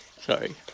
sorry